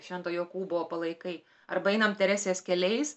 švento jokūbo palaikai arba einam teresės keliais